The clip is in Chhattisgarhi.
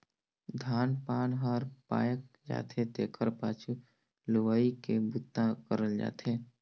धान पान हर पायक जाथे तेखर पाछू लुवई के बूता करल जाथे